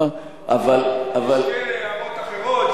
תפנה לשר אחר.